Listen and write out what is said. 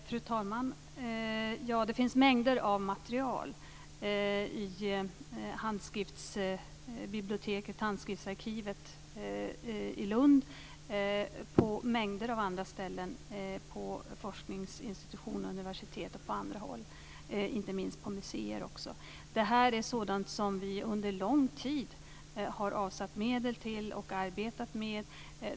Fru talman! Det finns mängder av material i handskriftsarkivet i Lund och på många andra ställen, på forskningsinstitutioner, på universitet och på andra håll, inte minst också på museer. Detta är sådant som vi under lång tid har avsatt medel till och arbetat med.